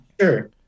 Sure